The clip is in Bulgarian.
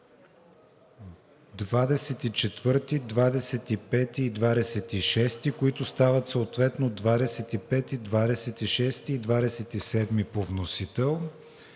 24, 25 и 26, които стават съответно 25, 26 и 27 по вносител;